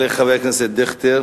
תודה רבה לחבר הכנסת אבי דיכטר.